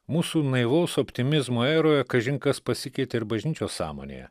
mūsų naivaus optimizmo eroje kažin kas pasikeitė ir bažnyčios sąmonėje